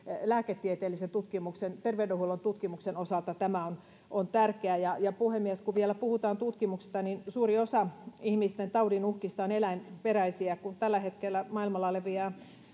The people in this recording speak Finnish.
lääketieteellisen tutkimuksen terveydenhuollon tutkimuksen osalta tämä on on tärkeää puhemies kun vielä puhutaan tutkimuksesta niin suuri osa ihmisten taudin uhkista on eläinperäisiä kun tällä hetkellä maailmalla